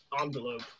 envelope